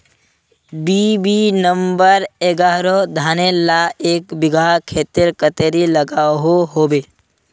BB number एगारोह धानेर ला एक बिगहा खेतोत कतेरी लागोहो होबे?